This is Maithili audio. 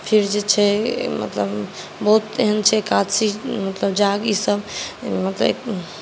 फेर जे छै मतलब बहुत एहन छै एकादशी यज्ञ मतलब ई सभ मतलब